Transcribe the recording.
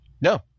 No